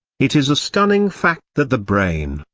it is a stunning fact that the brain,